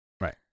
right